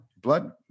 blood